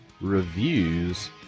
reviews